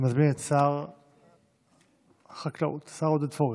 אני מזמין את שר החקלאות, השר עודד פורר,